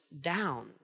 down